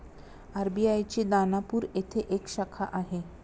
RBI ची दानापूर येथे एक शाखा आहे